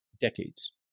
decades